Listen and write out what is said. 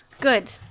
good